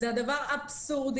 זה דבר אבסורדי.